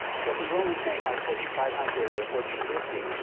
so, if we were only saying like fortune five hundred or fortune fifty,